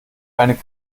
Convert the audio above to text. eine